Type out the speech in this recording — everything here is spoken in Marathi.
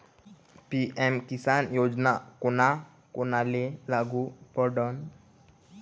पी.एम किसान योजना कोना कोनाले लागू पडन?